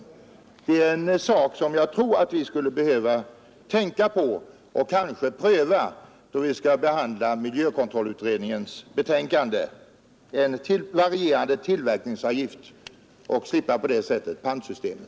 En varierande tillverkningsavgift är något som jag tror att vi skulle behöva tänka på och kanske pröva, då vi skall behandla miljökontrollutredningens betänkande. På det sättet skulle vi slippa pantsystemet.